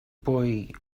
boy